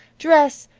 dress,